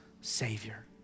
Savior